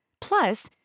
Plus